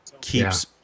keeps